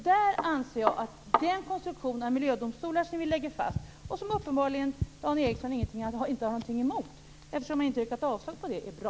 Jag anser att den konstruktion av miljödomstolar som vi lägger fast och som Dan Ericsson uppenbarligen inte har något emot eftersom han inte har yrkat avslag på det, är bra.